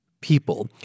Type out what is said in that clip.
people